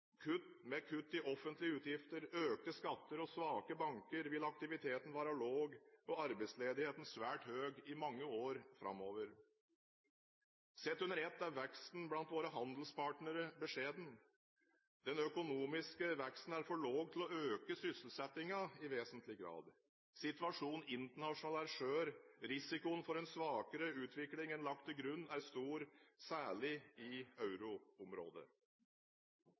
med kutt i offentlige utgifter, økte skatter og svake banker vil aktiviteten være lav og arbeidsledigheten svært høy i mange år framover. Sett under ett er veksten blant våre handelspartnere beskjeden. Den økonomiske veksten er for lav til å øke sysselsettingen i vesentlig grad. Situasjonen internasjonalt er skjør, risikoen for en svakere utvikling enn lagt til grunn er stor, særlig i euroområdet.